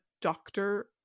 Doctor